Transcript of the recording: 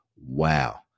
Wow